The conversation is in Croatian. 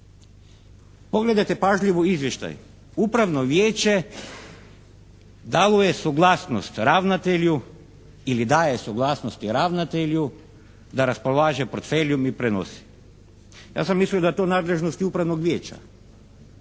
Pogledajte pažljivo izvještaj. Upravno vijeće dalo je suglasnost ravnatelju ili daje suglasnosti ravnatelju da raspolaže portfeljom i prenosi. Ja sam mislio da je to u nadležnosti upravnog vijeća.